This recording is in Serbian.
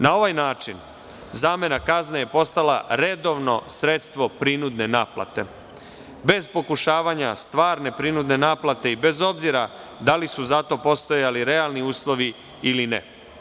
Na ovaj način zamena kazne je postala redovno sredstvo prinudne naplate, bez pokušavanja stvarne prinudne naplate i bez obzira da li su za to postojali realni uslovi ili ne.